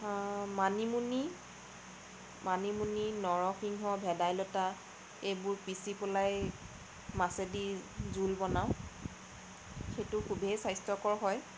মানিমুনি মানিমুনি নৰসিং ভেদাইলতা এইবোৰ পিচি পেলাই মাছেদি জোল বনাওঁ সেইটো খুবেই স্বাস্থ্যকৰ হয়